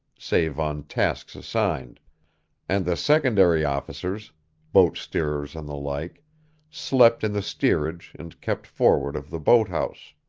save on tasks assigned and the secondary officers boat-steerers and the like slept in the steerage and kept forward of the boathouse.